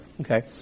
okay